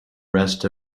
rest